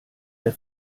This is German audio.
der